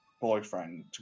boyfriend